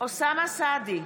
אוסאמה סעדי,